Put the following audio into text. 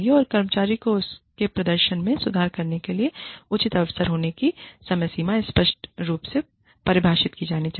और कर्मचारी को उसके प्रदर्शन में सुधार करने के लिए उचित अवसर होने के लिए समयसीमा स्पष्ट रूप से परिभाषित की जानी चाहिए